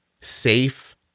safe